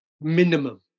minimum